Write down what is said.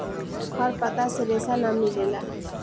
हर पत्ता से रेशा ना मिलेला